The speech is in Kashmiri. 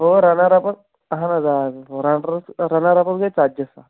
اور رنَر اَپس اَہَن حظ آ رنَرس رنَر اَپس گٔے ژتجِی ساس